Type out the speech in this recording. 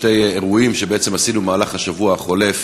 בעצם שני אירועים שעשינו במהלך השבוע החולף: